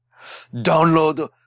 Download